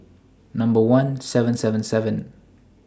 Number one seven seven seven